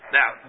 now